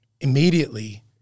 immediately